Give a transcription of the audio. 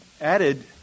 added